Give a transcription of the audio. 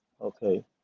Okay